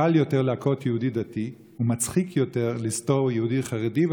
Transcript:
שקל יותר להכות יהודי דתי ומצחיק יותר לסטור ליהודי חרדי,